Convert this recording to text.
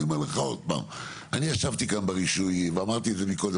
ואני אומר לך עוד פעם אני ישבתי כאן ברישוי ואמרתי את זה מקודם.